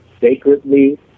sacredly